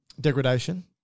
Degradation